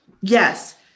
Yes